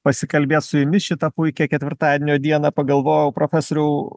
pasikalbėt su jumis šitą puikią ketvirtadienio dieną pagalvojau profesoriau